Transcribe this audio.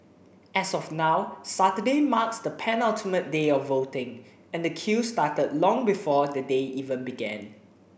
as of now Saturday marks the penultimate day of voting and the queue started long before the day even began